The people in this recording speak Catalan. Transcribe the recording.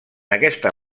aquesta